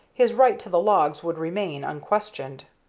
his right to the logs would remain unquestioned.